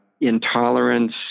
Intolerance